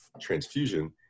transfusion